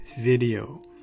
video